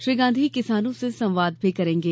श्री गांधी किसानों से संवाद भी करेंगे